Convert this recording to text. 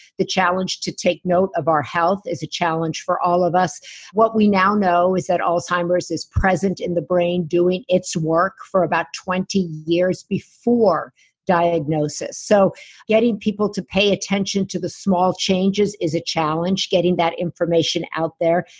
the challenge to take note of our health is a challenge for all of us what we now know is that alzheimer's is present in the brain doing its work for about twenty years before diagnosis, so getting people to pay attention to the small changes is a challenge. getting that information out there,